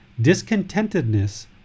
discontentedness